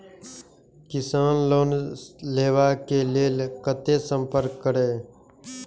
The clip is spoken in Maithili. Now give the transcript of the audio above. किसान लोन लेवा के लेल कते संपर्क करें?